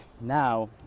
now